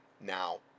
now